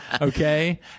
okay